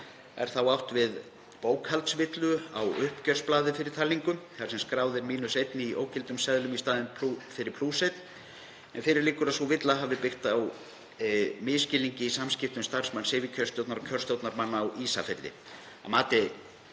Er átt við bókhaldsvillu á uppgjörsblaði fyrir talningu, þar sem skráð er mínus 1 í ógildum seðlum í stað plús 1, en fyrir liggur að sú villa hafi byggst á misskilningi í samskiptum starfsmanns yfirkjörstjórnar og kjörstjórnarmanna á Ísafirði.